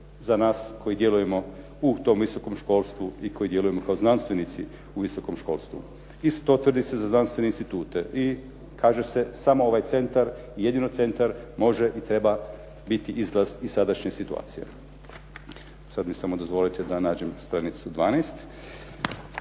za nas koji djelujemo u tom visokom školstvu i koji djelujemo kao znanstvenici u visokom školstvu. Isto to tvrdit se za znanstvene institute i kaže se samo ovaj centar i jedino centar može i treba biti izlaz iz sadašnje situacije. Sada mi samo dozvolite da nađem stranicu 12.